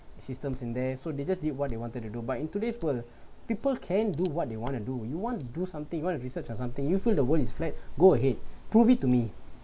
systems in there so they just did what they wanted to do but in today's world people can do what they wanna do you want to do something you want research your something you feel the world is flat go ahead prove it to me